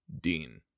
dean